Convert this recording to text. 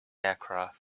aircraft